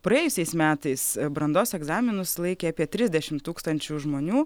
praėjusiais metais brandos egzaminus laikė apie trisdešimt tūkstančių žmonių